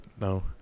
no